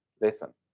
listen